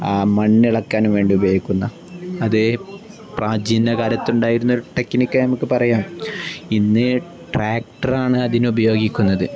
ആ മണ്ണിളക്കാനും വേണ്ടി ഉപയോഗിക്കുന്ന അതേ പ്രാചീനകാലത്തുണ്ടായിരുന്ന ടെക്നിക്ക് നമുക്ക് അറിയാം ഇന്ന് ട്രാക്ടറാണ് അതിന് ഉപയോഗിക്കുന്നത്